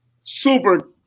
super